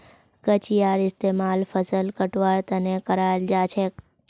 कचियार इस्तेमाल फसल कटवार तने कराल जाछेक